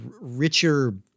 richer